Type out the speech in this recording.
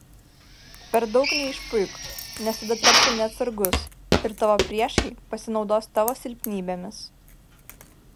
per daug neišpuik nes tada tapsi neatsargus ir tavo priešai pasinaudos tavo silpnybėmis